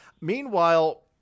Meanwhile